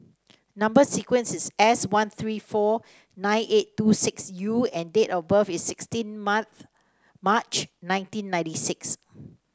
number sequence is S one three four nine eight two six U and date of birth is sixteen Maths March nineteen ninety six